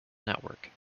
network